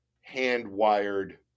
hand-wired